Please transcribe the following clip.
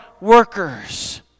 workers